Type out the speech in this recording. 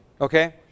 Okay